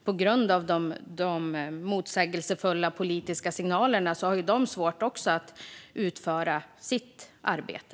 På grund av de motsägelsefulla politiska signalerna har de svårt att utföra sitt arbete.